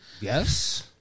Yes